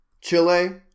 Chile